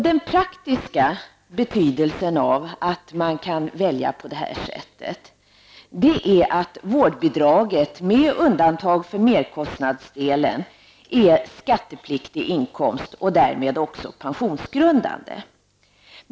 Den praktiska betydelsen av att man kan välja på det här sättet är att vårdbidraget, med undantag för merkostnadsdelen, är skattepliktig inkomst och därmed också pensionsgrundande.